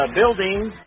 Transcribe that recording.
buildings